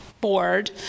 board